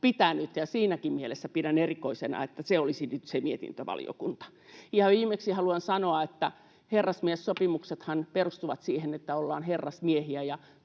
Siinäkin mielessä pidän erikoisena, että se olisi nyt se mietintövaliokunta. Viimeksi haluan sanoa, että herrasmiessopimuksethan perustuvat siihen, että ollaan herrasmiehiä.